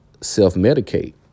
self-medicate